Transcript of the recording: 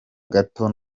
gato